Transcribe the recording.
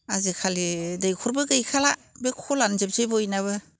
आजिखालि दैखरबो गैखाला बे खलानोजोबसै बयनाबो